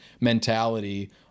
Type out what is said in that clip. mentality